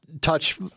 touch